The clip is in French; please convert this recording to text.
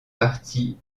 partie